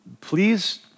please